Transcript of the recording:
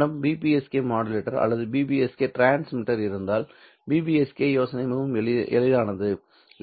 என்னிடம் BPSK modulator அல்லது BPSK transmitter இருந்தால் BPSK யோசனை மிகவும் எளிதானது